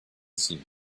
seemed